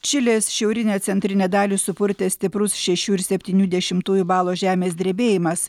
čilės šiaurinę centrinę dalį supurtė stiprus šešių ir septynių dešimtųjų balo žemės drebėjimas